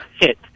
hit